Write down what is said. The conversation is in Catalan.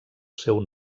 seu